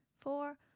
four